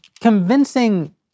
convincing